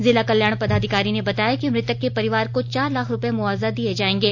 जिला कल्याण पदाधिकारी ने बताया कि मृतक के परिवार को चार लाख रुपये मुआवजा दिए जाएंगे